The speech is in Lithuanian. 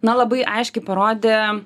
na labai aiškiai parodė